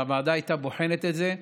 והוועדה הייתה בוחנת את זה,